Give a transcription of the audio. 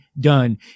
done